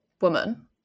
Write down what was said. woman